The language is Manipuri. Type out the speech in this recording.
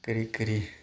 ꯀꯔꯤ ꯀꯔꯤ